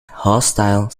hostile